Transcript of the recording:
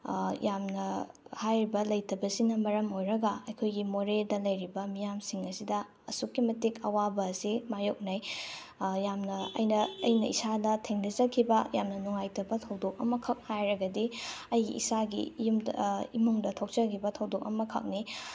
ꯌꯥꯝꯅ ꯍꯥꯏꯔꯤꯕ ꯂꯩꯇꯕꯁꯤꯅ ꯃꯔꯝ ꯑꯣꯏꯔꯒꯥ ꯑꯩꯈꯣꯏꯒꯤ ꯃꯣꯔꯦꯗ ꯂꯩꯔꯤꯕ ꯃꯤꯌꯥꯝꯁꯤꯡ ꯑꯁꯤꯗ ꯑꯁꯨꯛꯀꯤ ꯃꯇꯤꯛ ꯑꯋꯥꯕ ꯑꯁꯦ ꯃꯥꯏꯌꯣꯛꯅꯩ ꯌꯥꯝꯅ ꯑꯩꯅ ꯑꯩꯅ ꯏꯁꯥꯗ ꯇꯦꯡꯅꯖꯈꯤꯕ ꯌꯥꯝꯅ ꯅꯨꯉꯥꯏꯇꯕ ꯊꯧꯗꯣꯛ ꯑꯃꯈꯛ ꯍꯥꯏꯔꯒꯗꯤ ꯑꯩꯒꯤ ꯏꯁꯥꯒꯤ ꯌꯨꯝꯗ ꯏꯃꯨꯡꯗ ꯊꯣꯛꯆꯈꯤꯕ ꯊꯧꯗꯣꯛ ꯑꯃꯈꯛꯅꯤ